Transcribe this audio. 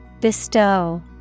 Bestow